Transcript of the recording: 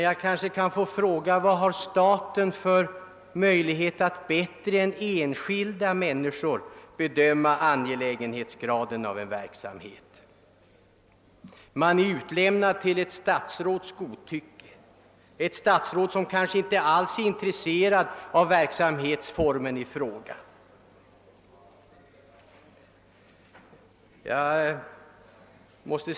Jag kanske kan få fråga: Vad har staten för möjlighet att bättre än enskilda människor bedöma angelägenhetsgraden av en verksamhet? Man är utlämnad till ett statsråds godtycke, ett statsråd, som kanske inte alls är intresserad av verksamhetsformen i fråga.